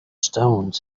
stone